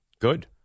Good